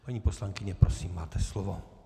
Paní poslankyně, prosím, máte slovo.